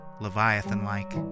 leviathan-like